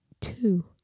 two